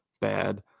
bad